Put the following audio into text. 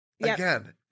Again